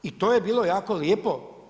I to je bilo jako lijepo.